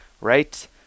right